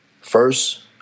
First